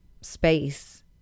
space